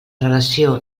relació